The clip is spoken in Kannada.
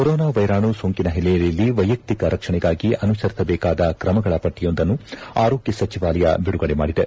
ಕೊರೋನಾ ವೈರಾಣು ಸೋಂಕಿನ ಹಿನ್ನೆಲೆಯಲ್ಲಿ ವೈಯಕ್ತಿಕ ರಕ್ಷಣೆಗಾಗಿ ಅನುಸರಿಸಬೇಕಾದ ತ್ರಮಗಳ ಪಟ್ಟಿಯೊಂದನ್ನು ಆರೋಗ್ಯ ಸಚಿವಾಲಯ ಬಿಡುಗಡೆ ಮಾಡಿದೆ